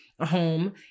Home